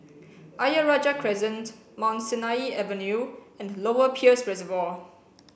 Ayer Rajah Crescent Mount Sinai Avenue and Lower Peirce Reservoir